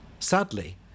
Sadly